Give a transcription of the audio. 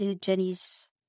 Jenny's